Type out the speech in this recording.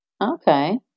Okay